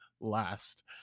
last